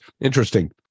Interesting